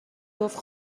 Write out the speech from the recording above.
گفت